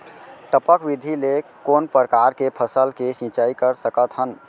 टपक विधि ले कोन परकार के फसल के सिंचाई कर सकत हन?